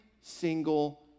single